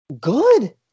good